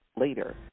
later